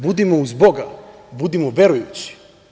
Budimo uz Boga, budimo verujući.